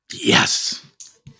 Yes